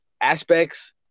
aspects